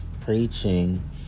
preaching